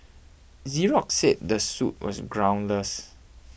Xerox said the suit was groundless